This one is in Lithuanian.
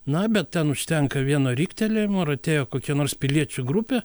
na bet ten užtenka vieno riktelėjimo ar atėjo kokia nors piliečių grupė